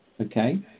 Okay